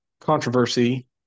controversy